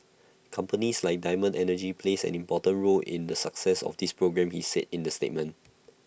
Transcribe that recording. companies like diamond energy play an important role in the success of these programmes he said in A statement